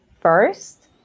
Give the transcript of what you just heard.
first